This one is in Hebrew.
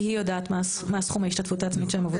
היא יודעת מה סכום ההשתתפות העצמית של המבוטח שלה.